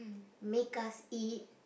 make us eat